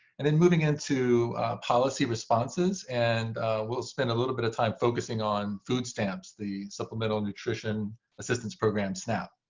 and then moving into policy responses. and we'll spend a little bit of time focusing on food stamps, the supplemental nutrition assistance program, snap.